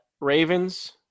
Ravens